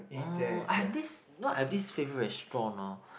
oh I have this know I have the favourite restaurant hor